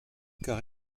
car